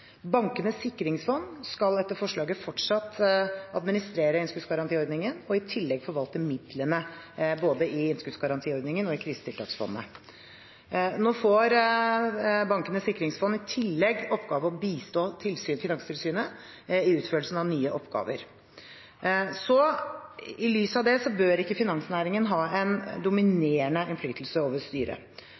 i tillegg forvalte midlene, både i innskuddsgarantiordningen og i krisetiltaksfondet. Nå får Bankenes sikringsfond i tillegg i oppgave å bistå Finanstilsynet i utførelsen av nye oppgaver. I lys av det bør ikke finansnæringen ha en dominerende innflytelse over styret.